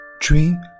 Dream